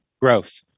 growth